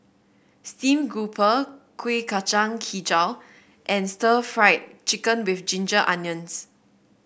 Steamed Grouper Kuih Kacang hijau and Stir Fried Chicken with Ginger Onions